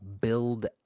build